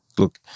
Look